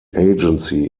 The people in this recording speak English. agency